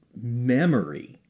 memory